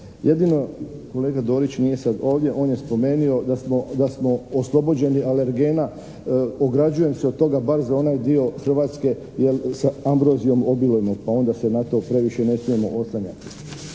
Jedino kolega Dorić, nije sada ovdje, on je spomenuo da smo oslobođeni alergena. Ograđujem se od toga bar za onaj dio Hrvatske jer sa ambrozijom obilujemo pa onda se na to previše ne smijemo oslanjati.